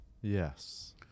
Yes